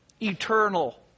eternal